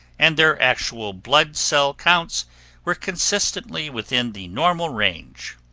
and their actual blood cell counts were consistently within the normal range.